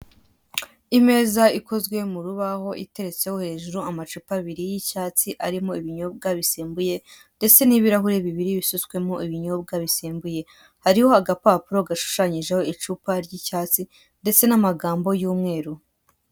Imeza ikozwe mu rubaho iteretseho hejuru amacupa abiri y'icyatsi arimo ibinyobwa bisembuye ndetse n'ibirahure bibiri bisutswemo ibinyobwa bisembuye, hariho agapapuro gashushanyijeho icupa ry'icyatsi ndetse n'amagambo y'umweru.